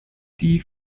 die